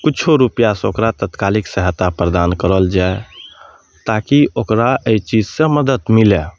किछु रुपिआसँ ओकरा तत्कालिक सहायता प्रदान करल जाए ताकि ओकरा एहि चीजसँ मदद मिलै